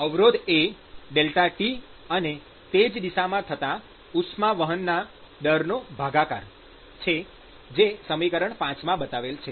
તેથી અવરોધ એ ΔT અને તે જ દિશામાં થતાં ઉષ્મા વહનના દરનો ભાગાકાર છે જે સમીકરણ ૫ માં બતાવેલ છે